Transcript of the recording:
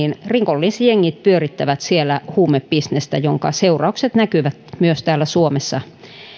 rikollisjengit pyörittävät siellä huumebisnestä jonka seuraukset näkyvät myös täällä suomessa